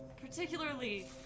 Particularly